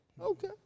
Okay